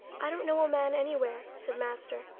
i don't know a man anywhere, said master,